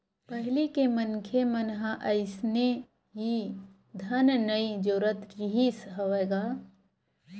पहिली के मनखे मन ह अइसने ही धन नइ जोरत रिहिस हवय गा